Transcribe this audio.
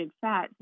fat